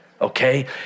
Okay